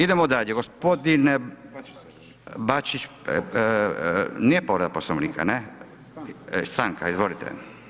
Idemo dalje, gospodine Bačić, nije povreda Poslovnika, ne? ... [[Upadica se ne čuje.]] Stanka, izvolite.